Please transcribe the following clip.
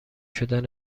شدن